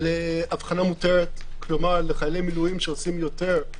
על הבחנה מותרת כלומר לחיילי מילואים שעושים יותר,